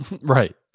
Right